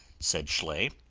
said schley.